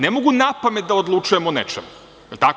Ne mogu napamet da odlučujem o nečemu, je li tako?